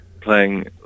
playing